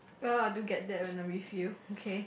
well I do get that when I'm with you okay